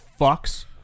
fucks